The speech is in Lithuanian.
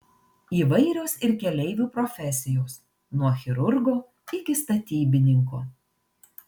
įvairios ir keleivių profesijos nuo chirurgo iki statybininko